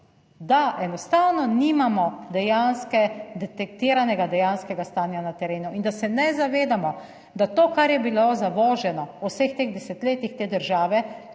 da enostavno nimamo detektiranega dejanskega stanja na terenu in da se ne zavedamo, da to, kar je bilo zavoženo v vseh teh desetletjih te države,